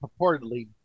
purportedly